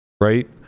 right